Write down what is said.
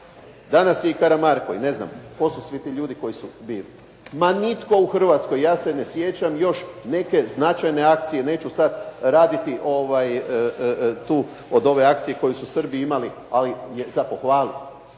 danas je i Karamarko i ne znam tko su svi ti ljudi koji su bili, ma nitko u Hrvatskoj, ja se ne sjećam još neke značajne akcije, neću sad raditi tu od ove akcije koju su Srbi imali, ali je za pohvaliti.